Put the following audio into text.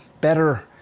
better